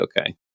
okay